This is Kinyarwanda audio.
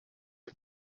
aba